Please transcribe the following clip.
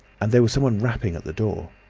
and there was someone rapping at the door.